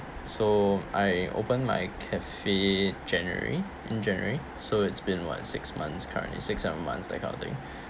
so I opened my cafe january in january so it's been what six months currently six seven months that kind of thing